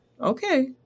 Okay